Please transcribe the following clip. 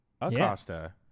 Acosta